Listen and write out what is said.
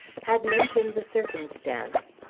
had mentioned the circumstance.